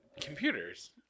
Computers